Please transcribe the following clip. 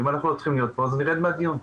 אם אנחנו לא צריכים להיות פה אז נרד מן הדיון.